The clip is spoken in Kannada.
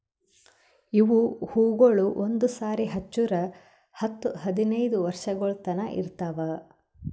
ಇವು ಹೂವುಗೊಳ್ ಒಂದು ಸಾರಿ ಹಚ್ಚುರ್ ಹತ್ತು ಹದಿನೈದು ವರ್ಷಗೊಳ್ ತನಾ ಇರ್ತಾವ್